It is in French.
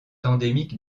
endémique